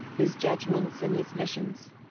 his judgments and his visions.